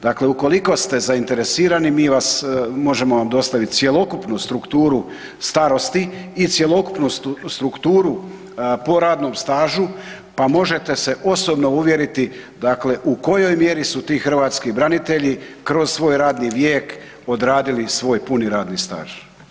Dakle, ukoliko ste zainteresirani mi vam možemo dostaviti cjelokupnu strukturu starosti i cjelokupnu strukturu po radnom stažu pa možete se osobno uvjeriti u kojoj mjeri su ti hrvatski branitelji kroz svoj radni vijek odradili svoj puni radni staž.